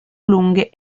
lunghe